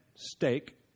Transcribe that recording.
stake